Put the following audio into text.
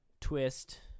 twist